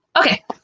Okay